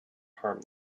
harm